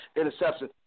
interception